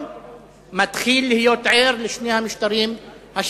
מתחיל להיות ער לשני המשטרים האחרים,